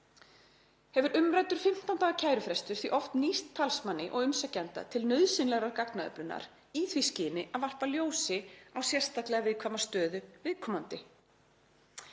Hefur umræddur 15 daga kærufrestur því oft nýst talsmanni og umsækjanda til nauðsynlegrar gagnaöflunar í því skyni að varpa ljósi á sérstaklega viðkvæma stöðu viðkomandi.